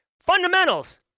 fundamentals